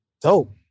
dope